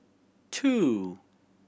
two